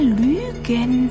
lügen